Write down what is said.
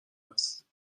هست